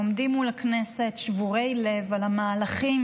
עומדים מול הכנסת שבורי לב על המהלכים